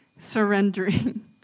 surrendering